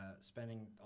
spending